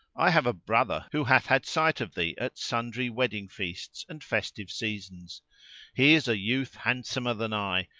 i have a brother who hath had sight of thee at sundry wedding feasts and festive seasons he is a youth handsomer than i,